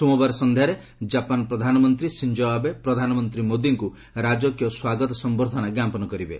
ସୋମବାର ସନ୍ଧ୍ୟାରେ ଜାପାନ୍ ପ୍ରଧାନମନ୍ତ୍ରୀ ସିଞ୍ଜୋ ଆବେ ପ୍ରଧାନମନ୍ତ୍ରୀ ମୋଦିଙ୍କ ରାଜକୀୟ ସ୍ୱାଗତ ସମ୍ଭର୍ଦ୍ଧନା ଜ୍ଞାପନ କରିବେ